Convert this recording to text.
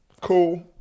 Cool